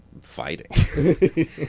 fighting